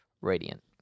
Radiant